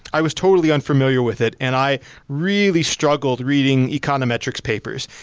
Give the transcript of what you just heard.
i was totally unfamiliar with it and i really struggled reading econometrics papers.